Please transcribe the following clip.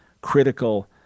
critical